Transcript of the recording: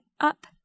up